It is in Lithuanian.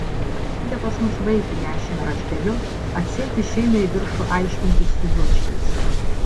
pasiuntė pas mus vaikį nešiną rašteliu atseit išeina į viršų aiškintis su juočkiais